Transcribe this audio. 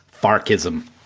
Farkism